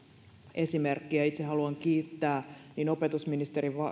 esimerkki itse haluan kiittää niin opetusministeriön